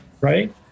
right